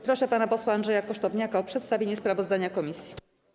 Proszę pana posła Andrzeja Kosztowniaka o przedstawienie sprawozdania komisji.